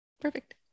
Perfect